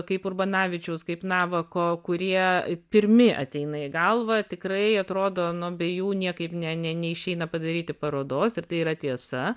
kaip urbanavičiaus kaip navako kurie pirmi ateina į galvą tikrai atrodo nu be jų niekaip ne ne neišeina padaryti parodos ir tai yra tiesa